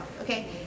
okay